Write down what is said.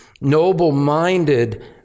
noble-minded